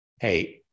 hey